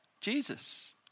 Jesus